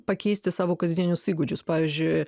pakeisti savo kasdienius įgūdžius pavyzdžiui